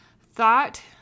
thought